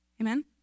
Amen